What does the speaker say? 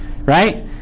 Right